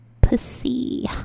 pussy